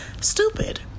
stupid